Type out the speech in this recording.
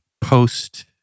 post